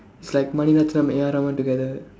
it's like Melania-Trump A R Rahman together